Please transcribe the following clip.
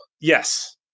Yes